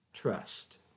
trust